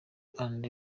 and